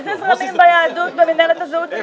אילו זרמים ביהדות במינהלת הזהות היהודית?